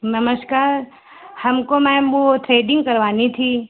नमस्कार हमको मैम वो थ्रेडिंग करवानी थी